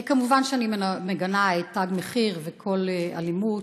כמובן שאני מגנה את "תג מחיר" וכל אלימות,